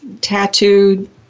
tattooed